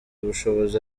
ubushobozi